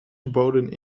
verboden